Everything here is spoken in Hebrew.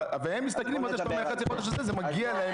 והם מסתכלים על זה --- החצי חודש הזה זה מגיע להם,